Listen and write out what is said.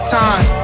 time